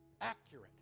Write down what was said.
accurate